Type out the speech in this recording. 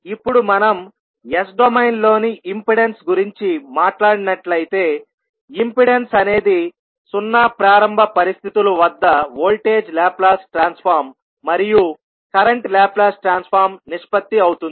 ఇప్పుడు మనం S domain లోని ఇంపెడెన్స్ గురించి మాట్లాడినట్లయితే ఇంపెడెన్స్ అనేది సున్నా ప్రారంభ పరిస్థితులు వద్ద వోల్టేజ్ లాప్లాస్ ట్రాన్స్ఫార్మ్ మరియు కరెంట్ లాప్లాస్ ట్రాన్స్ఫార్మ్ నిష్పత్తి అవుతుంది